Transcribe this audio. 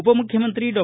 ಉಪಮುಖ್ಯಮಂತ್ರಿ ಡಾ